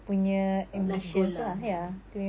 life goal lah